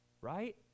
right